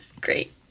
Great